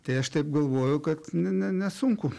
tai aš taip galvoju kad ne ne nesunku